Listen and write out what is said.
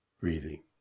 breathing